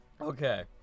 Okay